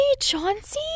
Chauncey